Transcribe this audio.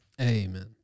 Amen